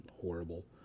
horrible